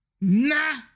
Nah